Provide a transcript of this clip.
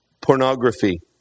pornography